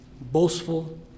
boastful